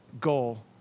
goal